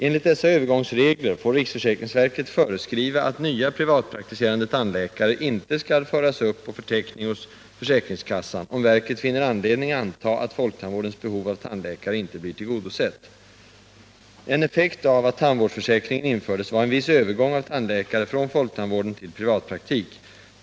Enligt dessa övergångsregler får riksförsäkringsverket föreskriva att nya privatpraktiserande tandläkare inte skall föras upp på förteckning hos försäkringskassan om verket finner anledning anta att folktandvårdens behov av tandläkare inte blir tillgodosett. En effekt av att tandvårdsförsäkringen infördes var en viss övergång av tandläkare från folktandvården till privatpraktik.